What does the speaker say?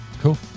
cool